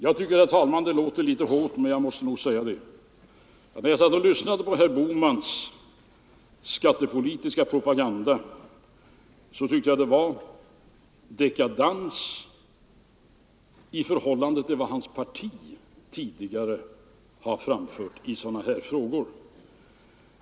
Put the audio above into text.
Herr talman! När jag satt och lyssnade på herr Bohmans skattepolitiska propaganda tyckte jag — det låter litet hårt, men jag måste nog säga det — att det var dekadans i förhållande till vad hans parti tidigare har framfört i sådana här frågor.